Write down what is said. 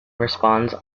responds